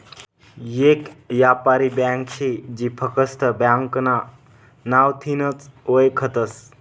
येक यापारी ब्यांक शे जी फकस्त ब्यांकना नावथीनच वयखतस